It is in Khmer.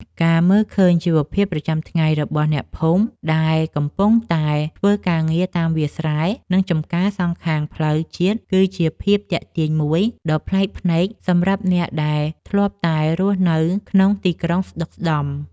ការមើលឃើញជីវភាពប្រចាំថ្ងៃរបស់អ្នកភូមិដែលកំពុងតែធ្វើការងារតាមវាលស្រែ និង ចម្ការសងខាងផ្លូវជាតិគឺជាភាពទាក់ទាញមួយដ៏ប្លែកភ្នែកសម្រាប់អ្នកដែលធ្លាប់តែរស់នៅក្នុងទីក្រុងស្ដុកស្ដម្ភ។